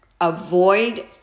avoid